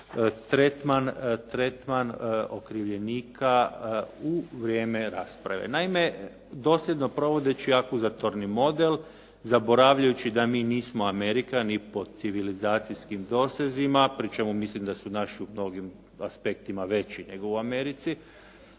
tretman okrivljenika u vrijeme rasprave. Naime, dosljedno provodeći akuzatorni model zaboravljajući da mi nismo Amerika ni po civilizacijskim dosezima, pri čemu mislim da su naši u mnogim aspektima veći nego u Americi,